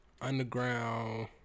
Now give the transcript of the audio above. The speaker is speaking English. underground